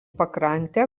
pakrantę